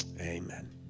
Amen